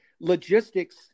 logistics